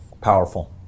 Powerful